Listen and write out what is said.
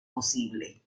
posible